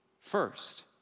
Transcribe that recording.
first